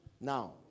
Now